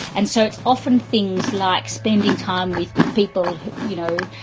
and so it's often things like spending time with people, you know,